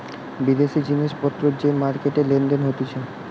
বিদেশি জিনিস পত্তর যে মার্কেটে লেনদেন হতিছে